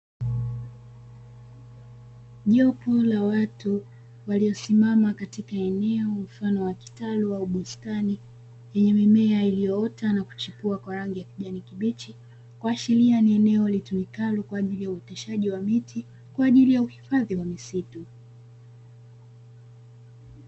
Jopo la watu waliosimama katika eneo mfano wa kitalu au bustani lenye mimea iliyoota na kuchipua kwa rangi ya kijani kibichi, kuashiria ni eneo litumikalo kwa ajili ya uoteshaji wa miti kwa ajili ya uhifadhi wa misitu.